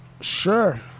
sure